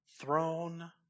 throne